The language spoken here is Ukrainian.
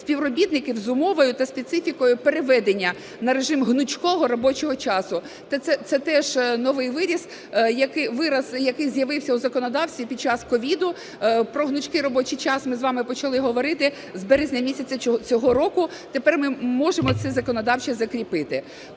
співробітників з умовою та специфікою переведення на режим гнучкого робочого часу. Це теж новий вираз, який з'явився у законодавстві під час COVID. Про гнучкий робочий час ми з вами почали говорити з березня місяця цього року, тепер ми можемо це законодавчо закріпити.